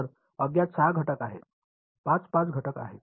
तर अज्ञात 6 घटक आहेत 5 5 घटक आहेत